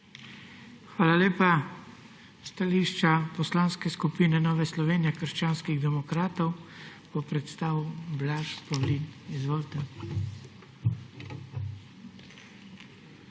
Hvala lepa. Stališča Poslanske skupine Nove Slovenije – krščanskih demokratov bo predstavil Blaž Pavlin. Izvolite. BLAŽ